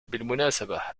بالمناسبة